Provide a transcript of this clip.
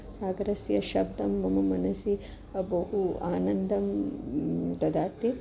सागरस्य शब्दं मम मनसि बहु आनन्दं ददाति